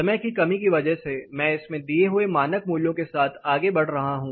समय की कमी की वजह से मैं इसमें दिए हुए मानक मूल्यों के साथ आगे बढ़ रहा हूं